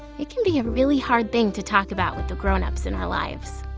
it can be a really hard thing to talk about with the grownups in our lives.